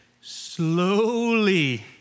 slowly